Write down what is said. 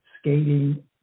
skating